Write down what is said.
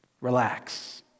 relax